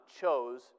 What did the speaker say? chose